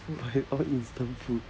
but it's all instant food